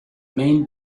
main